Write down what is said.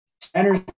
centers